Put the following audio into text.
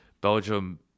Belgium